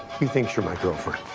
he thinks you're my girlfriend.